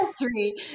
three